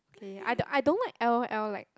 okay I don't I don't like L_O_L like